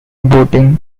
boating